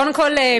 קודם כול,